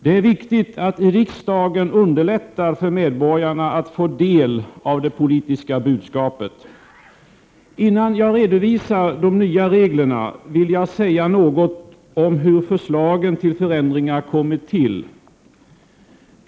Det är viktigt att riksdagen underlättar för medborgarna att få del av det politiska budskapet. Innan jag redovisar de nya reglerna vill jag säga något om hur förslagen till förändringar kommit till.